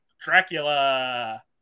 Dracula